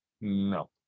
No